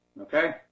Okay